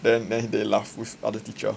then then they laugh with other teacher